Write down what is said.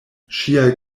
ŝiaj